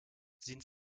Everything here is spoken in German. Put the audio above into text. sind